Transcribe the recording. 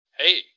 Hey